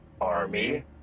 Army